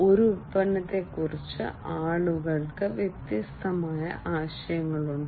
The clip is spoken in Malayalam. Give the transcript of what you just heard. ഒരു ഉൽപ്പന്നത്തെക്കുറിച്ച് ആളുകൾക്ക് വ്യത്യസ്ത ആശയങ്ങളുണ്ട്